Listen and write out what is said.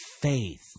faith